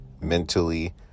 mentally